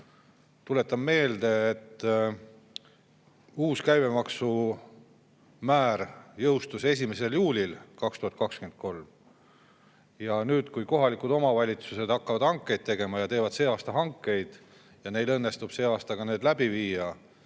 Tuletan meelde, et uus käibemaksu määr jõustus 1. juulil 2023. Ja nüüd, kui kohalikud omavalitsused hakkavad hankeid tegema, teevad see aasta hankeid ja neil õnnestub aastaga need läbi viia,